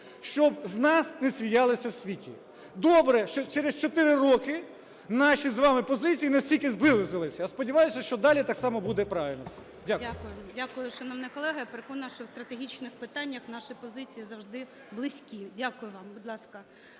щоб з нас не сміялися в світі. Добре, що через 4 роки наші з вами позиції настільки зблизилися. Я сподіваюся, що далі так само буде правильно все. Дякую. ГОЛОВУЮЧИЙ. Дякую. Дякую, шановний колего. Я переконана, що в стратегічних питаннях наші позиції завжди близькі. Дякую вам. Будь ласка,